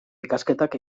ikasketak